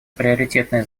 приоритетные